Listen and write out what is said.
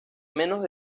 menos